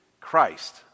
Christ